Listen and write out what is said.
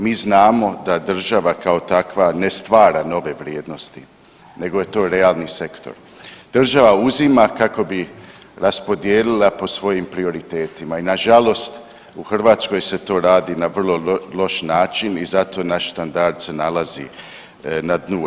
Mi znamo da država kao takva ne stvara nove vrijednost nego je to realni sektor, država uzima kako bi raspodijelila po svojim prioritetima i nažalost u Hrvatskoj se to radi na vrlo loš način i zato naš standard se nalazi na dnu EU.